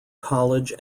college